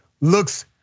looks